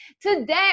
Today